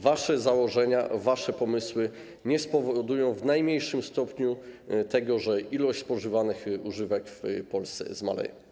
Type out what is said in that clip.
Wasze założenia, wasze pomysły nie spowodują w najmniejszym stopniu tego, że ilość spożywanych używek w Polsce zmaleje.